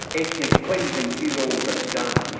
ethnic cleansing is all but done here.